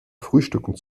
frühstücken